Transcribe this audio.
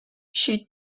she